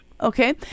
Okay